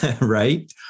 right